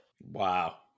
Wow